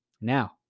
Now